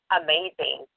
amazing